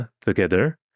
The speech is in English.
together